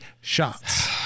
shots